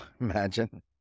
Imagine